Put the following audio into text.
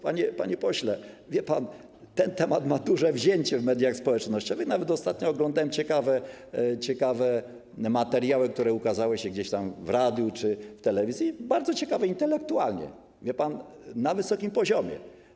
Panie pośle, wie pan, ten temat ma duże wzięcie w mediach społecznościowych, nawet ostatnio oglądałem ciekawe materiały, które ukazały się gdzieś tam w radiu czy w telewizji, bardzo ciekawe intelektualnie, wie pan, na wysokim poziomie.